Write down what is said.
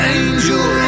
angel